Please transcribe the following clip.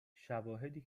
شواهدی